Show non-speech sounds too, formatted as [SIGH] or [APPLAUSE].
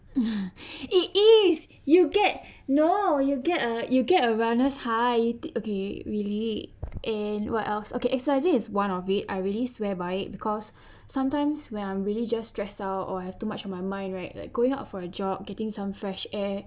[LAUGHS] it is you get no you get a you get a wellness high okay really and what else okay exercising is one of it I really swear by it it because sometimes when I'm really just stressed out or have too much on my mind right like going out for a jog getting some fresh air